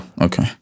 Okay